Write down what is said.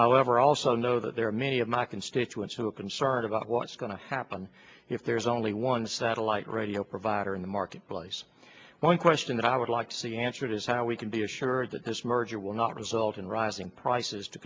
however i also know that there are many of my constituents who are concerned about what's going to happen if there is only one satellite radio provider in the marketplace one question that i would like to see answered is how we can be assured that this merger will not result in rising prices to